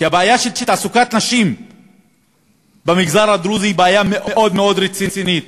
כי הבעיה של תעסוקת נשים במגזר הדרוזי היא בעיה מאוד מאוד רצינית,